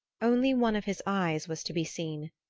only one of his eyes was to be seen,